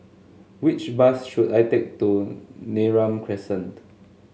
which bus should I take to Neram Crescent